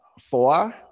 Four